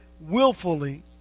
willfully